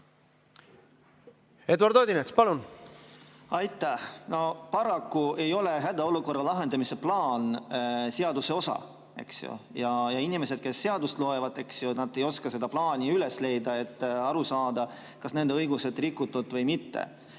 Eduard Odinets, palun! Aitäh! No paraku ei ole hädaolukorra lahendamise plaan seaduse osa, eks ju. Ja inimesed, kes seadust loevad, ei oska seda plaani üles leida, et aru saada, kas nende õigusi on rikutud või mitte.